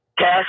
Cash